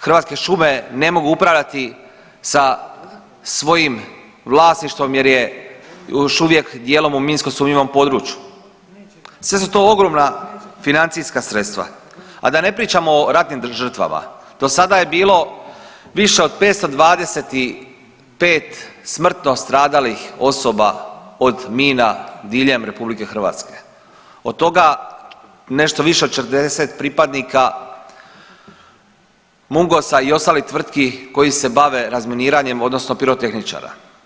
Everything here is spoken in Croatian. Hrvatske šume ne mogu upravljati sa svojim vlasništvom jer je još uvijek dijelom u minsko sumnjivom području, sve su to ogromna financijska sredstva, a da ne pričamo o ratnim žrtvama, dosada je bilo više od 525 smrtno stradalih osoba od mina diljem RH, od toga nešto više od 40 pripadnika Mungosa i ostalih tvrtki koji se bave razminiranjem odnosno pirotehničara.